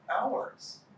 hours